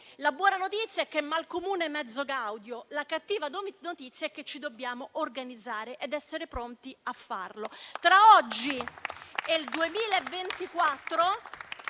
La buona notizia è che "mal comune, mezzo gaudio". La cattiva notizia è che ci dobbiamo organizzare ed essere pronti a farlo.